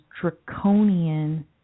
draconian